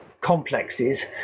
complexes